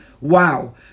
wow